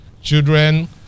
children